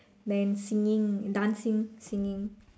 then singing dancing singing